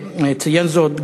ציין זאת,